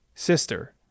sister